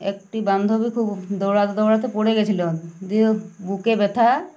একটি বান্ধবী খুব দৌড়াতে দৌড়াতে পড়ে গেছিল দিয়েও বুকে ব্যথা